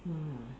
why ah